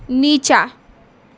नीचाँ